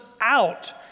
out